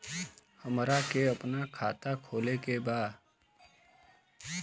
हमरा के अपना खाता खोले के बा?